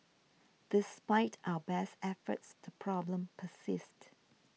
despite our best efforts the problem persists